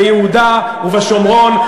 ביהודה ובשומרון.